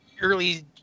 early